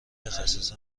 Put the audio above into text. تخصص